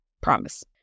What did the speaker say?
Promise